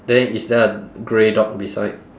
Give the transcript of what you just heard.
then is there a grey dog beside